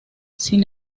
sin